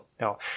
No